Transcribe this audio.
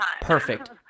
Perfect